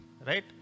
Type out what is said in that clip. Right